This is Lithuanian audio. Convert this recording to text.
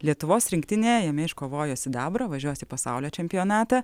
lietuvos rinktinė jame iškovojo sidabrą važiuos į pasaulio čempionatą